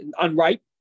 unripe